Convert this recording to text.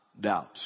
doubt